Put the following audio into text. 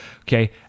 Okay